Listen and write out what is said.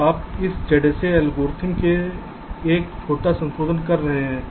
तो आप इस ZSA एल्गोरिथ्म में एक छोटा संशोधन कर सकते हैं